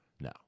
No